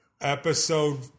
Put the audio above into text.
episode